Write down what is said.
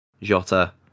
Jota